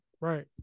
Right